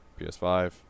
PS5